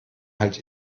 halt